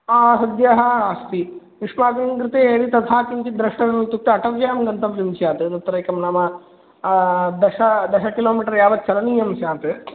सद्यः नास्ति युष्माकं कृते यदि तथा किञ्चिद्द्रष्टव्यमित्युक्ते अटव्यां गन्तव्यं स्यात् तत्र एकं नाम दश दश किलोमीटर् यावत् चलनीयं स्यात्